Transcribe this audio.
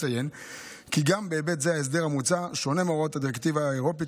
אציין כי גם בהיבט זה ההסדר המוצע שונה מהוראות הדירקטיבה האירופית,